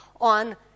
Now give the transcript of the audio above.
on